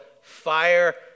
fire